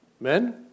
Men